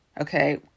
okay